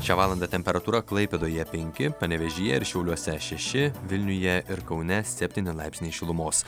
šią valandą temperatūra klaipėdoje penki panevėžyje ir šiauliuose šeši vilniuje ir kaune septyni laipsniai šilumos